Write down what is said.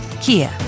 Kia